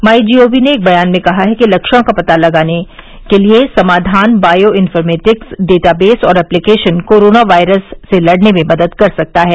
माई G O V ने एक बयान में कहा है कि लक्षण का पता लगाने के लिए समाधान बायो इन्फोर्मेटिक्स डेटाबेस और एप्लीकेशन कोरोना वायरस से लड़ने में मदद कर सकता है